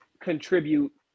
contribute